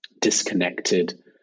Disconnected